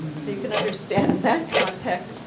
so you can understand that context,